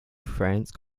france